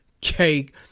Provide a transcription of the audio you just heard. cake